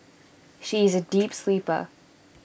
she is A deep sleeper